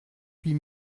huit